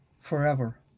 forever